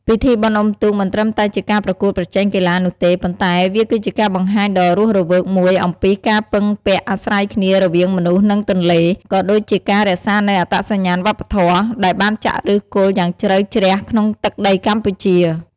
ពិធីបុណ្យអុំទូកមិនត្រឹមតែជាការប្រកួតប្រជែងកីឡានោះទេ ប៉ុន្តែវាគឺជាការបង្ហាញដ៏រស់រវើកមួយអំពីការពឹងពាក់អាស្រ័យគ្នារវាងមនុស្សនិងទន្លេ ក៏ដូចជាការរក្សានូវអត្តសញ្ញាណវប្បធម៌ ដែលបានចាក់ឫសគល់យ៉ាងជ្រៅជ្រះក្នុងទឹកដីកម្ពុជា។